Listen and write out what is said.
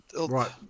Right